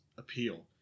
appeal